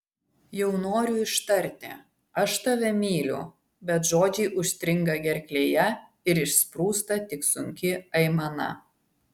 jau noriu ištarti aš tave myliu bet žodžiai užstringa gerklėje ir išsprūsta tik sunki aimana